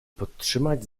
podtrzymać